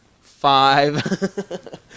Five